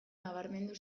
nabarmendu